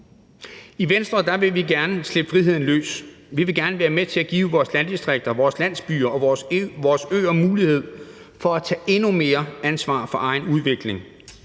I Venstre vil vi gerne slippe friheden løs. Vi vil gerne være med til at give vores landdistrikter og vores landsbyer og vores øer mulighed for at tage endnu mere ansvar for egen udvikling